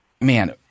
man